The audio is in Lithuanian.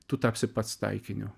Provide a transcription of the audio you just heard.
tu tapsi pats taikiniu